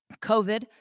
COVID